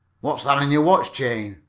what's that on your watch chain?